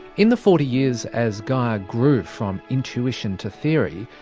in the forty years as gaia grew from intuition to theory,